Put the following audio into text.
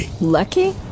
Lucky